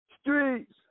Streets